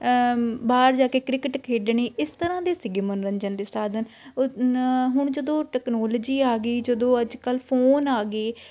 ਬਾਹਰ ਜਾ ਕੇ ਕ੍ਰਿਕਟ ਖੇਡਣੀ ਇਸ ਤਰ੍ਹਾਂ ਦੇ ਸੀਗੇ ਮਨੋਰੰਜਨ ਦੇ ਸਾਧਨ ਹੁਣ ਜਦੋਂ ਟਕਨੋਲਜੀ ਆ ਗਈ ਜਦੋਂ ਅੱਜ ਕੱਲ੍ਹ ਫੋਨ ਆ ਗਏ ਤਾਂ